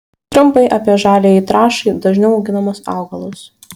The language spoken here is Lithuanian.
trumpai apie žaliajai trąšai dažniau auginamus augalus